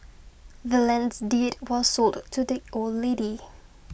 the land's deed was sold to the old lady